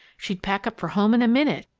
she'd pack up for home in a minute,